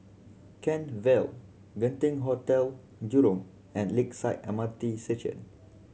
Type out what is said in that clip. Kent Vale Genting Hotel Jurong and Lakeside M R T Station